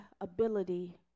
ability